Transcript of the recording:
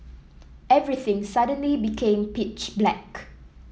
everything suddenly became pitch black